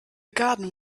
garden